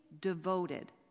devoted